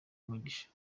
umugisha